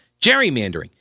gerrymandering